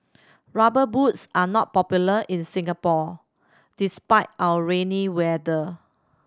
Rubber Boots are not popular in Singapore despite our rainy weather